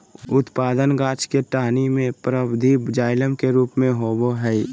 उत्पादन गाछ के टहनी में परवर्धी जाइलम के रूप में होबय हइ